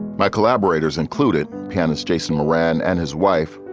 my collaborators included pianist jason moran and his wife,